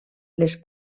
les